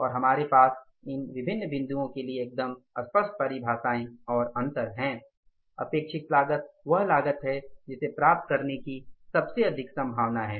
और हमारे पास इन विभिन्न बिंदुओं के लिए एकदम स्पष्ट परिभाषाएं और अंतर हैं अपेक्षित लागत वह लागत है जिसे प्राप्त करने की सबसे अधिक संभावना है